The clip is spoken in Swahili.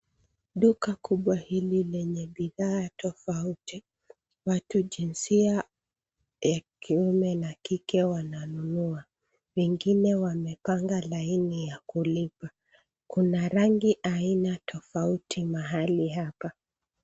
Duka kubwa hili lenye bidhaa tofauti, watu jinsia ya kiume na kike wananunua, wengine wamepanga laini ya kulipa. Kuna rangi aina tofauti mahali hapa.